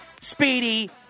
Speedy